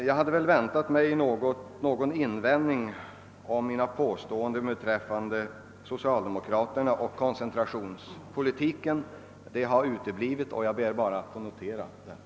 Jag hade väntat mig invändningar om mina påståenden beträffande socialdemokraterna och koncentrationspolitiken, men sådana invändningar har uteblivit. Jag vill bara notera detta.